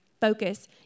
focus